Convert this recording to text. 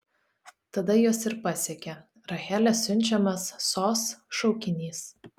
tada juos ir pasiekė rachelės siunčiamas sos šaukinys